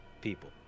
people